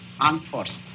unforced